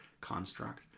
construct